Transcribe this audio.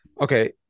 Okay